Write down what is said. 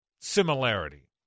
similarity